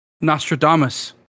Nostradamus